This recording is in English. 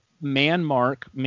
man-mark